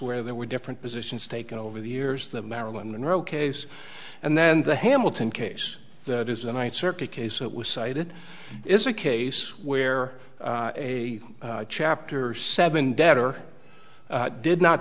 where there were different positions taken over the years that marilyn monroe case and then the hamilton case that is the ninth circuit case it was cited is a case where a chapter seven debtor did not